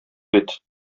бит